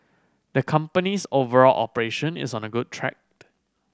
the company's overall operation is on a good track